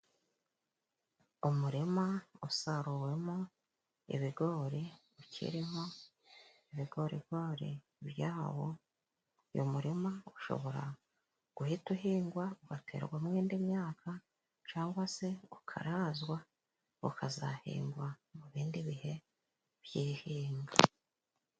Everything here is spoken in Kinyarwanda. Umurima usaruwemo ibigori ukirimo ibigorigori byawo, uyu murima ushobora guhita uhingwa ugaterwamo indi myaka cyangwa se gukarazwa ukazahingwa mu bindi bihe by'ihinga.